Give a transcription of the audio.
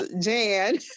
Jan